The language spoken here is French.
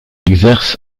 exerce